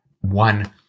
one